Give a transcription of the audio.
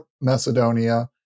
Macedonia